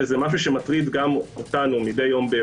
וזה משהו שמטריד גם אותנו מדי יום.